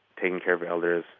taking care of elders,